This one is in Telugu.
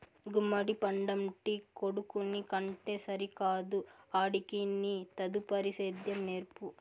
గుమ్మడి పండంటి కొడుకుని కంటే సరికాదు ఆడికి నీ తదుపరి సేద్యం నేర్పు